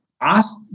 ask